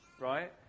right